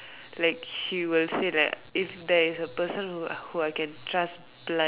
like she will say that if there is a person who who I can trust blindly